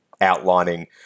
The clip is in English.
outlining